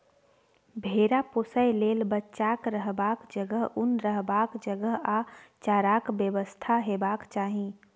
भेरा पोसय लेल बच्चाक रखबाक जगह, उन रखबाक जगह आ चाराक बेबस्था हेबाक चाही